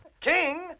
King